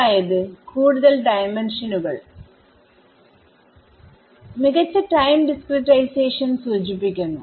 അതായത് കൂടുതൽ ഡൈമൻഷനുകൾമികച്ച ടൈം ഡിസ്ക്രിടൈസേഷൻ സൂചിപ്പിക്കുന്നു